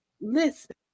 listen